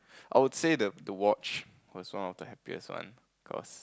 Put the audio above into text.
I would say that the watch was once of the happiest one because